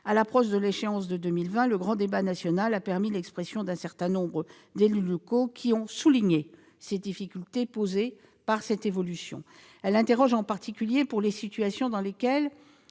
À l'approche de l'échéance de 2020, le grand débat national a permis l'expression d'un certain nombre d'élus locaux, qui ont souligné les difficultés posées par cette évolution. Elle interroge en particulier pour les situations dans lesquelles